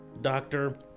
doctor